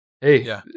hey